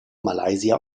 malaysia